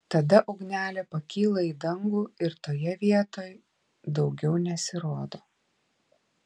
tada ugnelė pakyla į dangų ir toje vietoj daugiau nesirodo